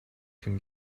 can